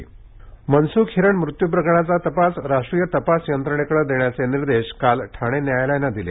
मनसुख हिरेन मनसुख हिरण मृत्यू प्रकरणाचा तपास राष्ट्रीय तपास यंत्रणेकडे देण्याचे निर्देश काल ठाणे न्यायालयानं दिले